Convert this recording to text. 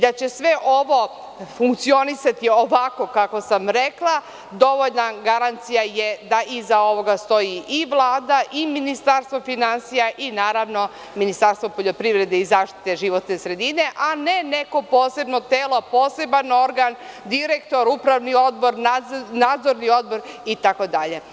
Da će sve ovo funkcionisati ovako kako sam rekla, dovoljna garancija je da iza ovoga stoji i Vlada, i Ministarstvo finansija i Ministarstvo poljoprivrede i zaštite životne sredine, a ne neko posebno telo, poseban organ, direktor, upravni odbor, nadzorni odbor, itd.